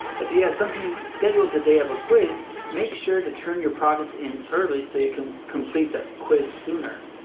if you have yeah something scheduled the day of a quiz, make sure to turn your project in early so you can complete the quiz sooner.